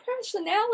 personality